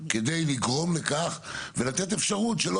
כדי לגרום לכך ולתת אפשרות.